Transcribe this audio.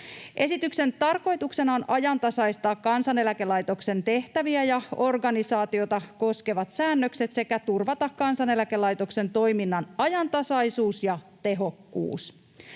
Esityksen tarkoituksena on ajantasaistaa Kansaneläkelaitoksen tehtäviä ja organisaatiota koskevat säännökset sekä turvata Kansaneläkelaitoksen toiminnan ajantasaisuus ja tehokkuus.